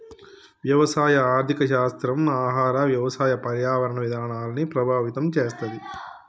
వ్యవసాయ ఆర్థిక శాస్త్రం ఆహార, వ్యవసాయ, పర్యావరణ విధానాల్ని ప్రభావితం చేస్తది